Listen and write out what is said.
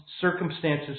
circumstances